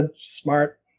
smart